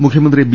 മുഖ്യമന്ത്രി ബി